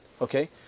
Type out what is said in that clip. Okay